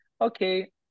okay